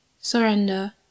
surrender